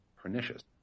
pernicious